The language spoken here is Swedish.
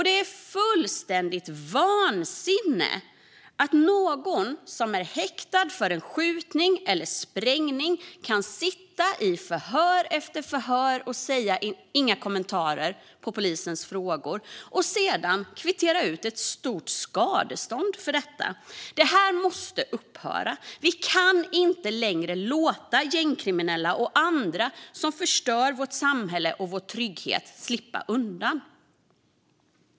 Det är fullständigt vansinne att någon som är häktad för en skjutning eller sprängning kan sitta i förhör efter förhör och svara "inga kommentarer" på polisens frågor för att sedan kvittera ut ett stort skadestånd för detta. Det här måste upphöra. Vi kan inte längre låta gängkriminella och andra som förstör vårt samhälle och vår trygghet slippa undan.